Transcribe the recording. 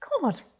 God